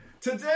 Today